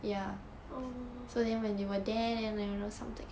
orh